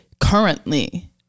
currently